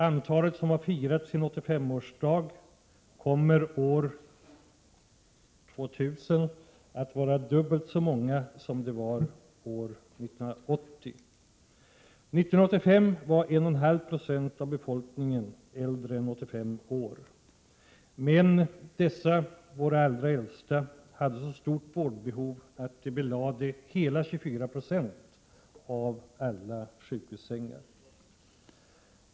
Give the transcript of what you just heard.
Antalet som har firat sin 85-årsdag kommer år 2000 att vara dubbelt så stort som det var 1980. År 1985 var 1,5 96 av befolkningen äldre än 85 år. Men dessa våra allra äldsta hade så stort vårdbehov att de belade hela 24 90 av alla sjukhussängar.